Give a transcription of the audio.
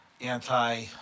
anti-